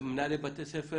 ומנהלי בתי ספר